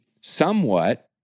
somewhat